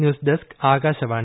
news desk Akashvani